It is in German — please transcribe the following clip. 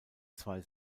zwei